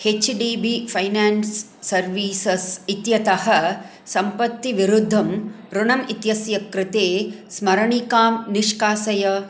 H D B finance services इत्यतः सम्पत्तिविरुद्धं ऋणम् इत्यस्य कृते स्मरणिकां निष्कासय